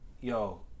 yo